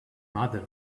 matter